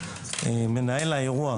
מנהל האירוע,